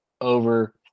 over